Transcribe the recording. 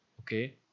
Okay